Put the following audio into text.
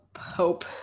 Hope